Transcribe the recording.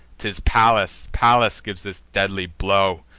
t is pallas, pallas gives this deadly blow.